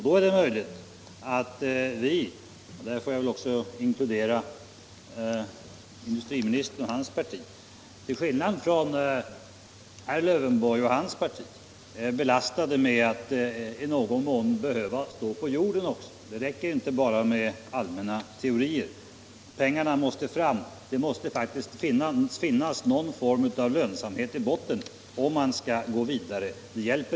Då är det möjligt att vi — och där får jag väl också inkludera industriministern och hans parti — till skillnad från herr Lövenborg och hans parti är belastade med att i någon mån behöva stå på jorden också. Det räcker inte med bara allmänna teorier. Pengarna måste fram. Det måste faktiskt finnas någon form av lönsamhet i botten, om man skall gå vidare.